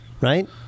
Right